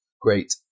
Great